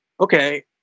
Okay